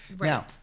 Now